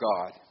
God